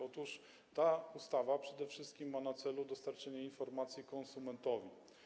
Otóż ta ustawa przede wszystkim ma na celu dostarczenie informacji konsumentowi.